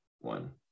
one